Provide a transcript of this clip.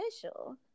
official